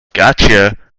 gotcha